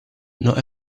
not